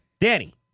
Danny